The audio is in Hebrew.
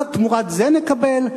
מה תמורת זה נקבל?